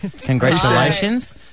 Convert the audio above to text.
Congratulations